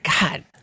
God